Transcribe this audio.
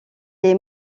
est